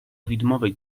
widmowej